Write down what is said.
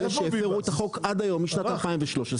משום שהפרו את החוק עד היום משנת 2013,